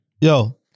Yo